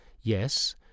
yes